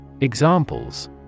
Examples